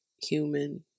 human